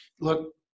look